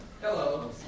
Hello